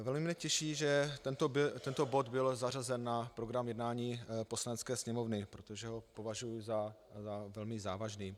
Velmi mě těší, že tento bod byl zařazen na program jednání Poslanecké sněmovny, protože ho považuju za velmi závažný.